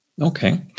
Okay